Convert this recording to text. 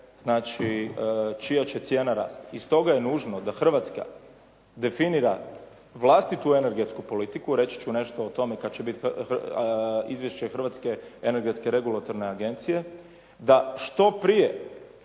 znači čija će cijena rasti i stoga je nužno da Hrvatska definira vlastitu energetsku politiku, reći ću nešto o tome kad će biti Izvješće Hrvatske energentske regulatorne agencije, da što prije